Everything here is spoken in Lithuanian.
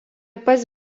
pats